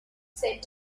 sent